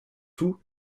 tout